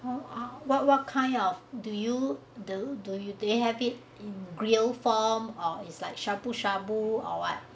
oh ah what what kind of do you do do you do you have it in grill form or it's like shabu shabu or what